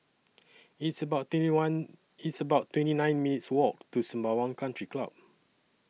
It's about twenty one It's about twenty nine minutes' Walk to Sembawang Country Club